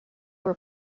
were